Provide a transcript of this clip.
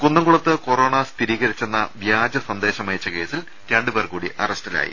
കുന്നംകുളത്ത് കൊറോണ സ്ഥിരീകരി ച്ചെന്ന വ്യാജ സന്ദേശമയച്ച കേസിൽ രണ്ടുപേർ കൂടി അറസ്റ്റിലായി